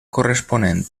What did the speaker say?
corresponent